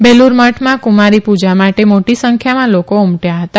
બેલૂર મઠમાં કુમારી પુજા માટે મોટી સંખ્યામાં લોકો ઉમટયા હતા